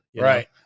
Right